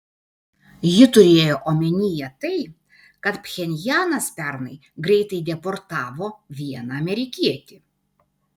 ji turėjo omenyje tai kad pchenjanas pernai greitai deportavo vieną amerikietį